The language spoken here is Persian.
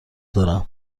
دارم